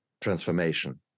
transformation